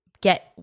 get